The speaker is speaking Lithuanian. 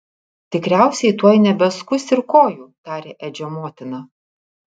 tikriausiai tuoj nebeskus ir kojų tarė edžio motina